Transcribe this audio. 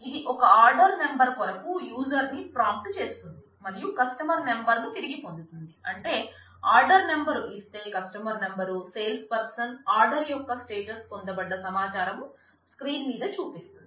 ఇది ఒక order number కొరకు యూజర్ ని ప్రాంప్ట్ చేస్తుంది మరియు కస్టమర్ నెంబరును తిరిగి పొందుతుంది అంటే ఆర్డర్ నెంబరు ఇస్తే customer number sales person order యొక్క స్టేటస్ పొందబడ్డ సమాచారం స్క్రీన్ మీద చూపిస్తుంది